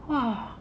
!wah!